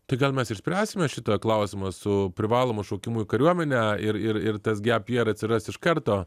tai gal mes išspręsime šitą klausimą su privalomu šaukimu į kariuomenę ir ir ir tas gep jier atsiras iš karto